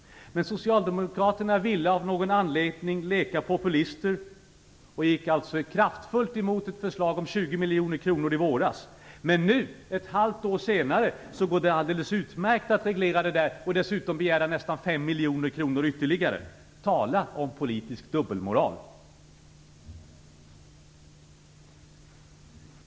Socialdemokraterna ville av någon anledning leka populister och gick kraftfullt emot ett förslag om 20 miljoner kronor i våras. Men nu, ett halvt år senare, går det alldeles utmärkt att reglera det och dessutom begära nästan 5 miljoner kronor ytterligare. Tala om politisk dubbelmoral!